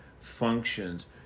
functions